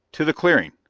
to the clearing.